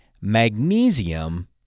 Magnesium